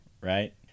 right